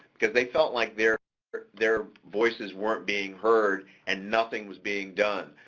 cause they felt like their their voices weren't being heard, and nothing was being done.